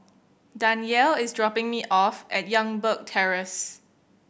Danyell is dropping me off at Youngberg Terrace